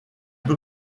peu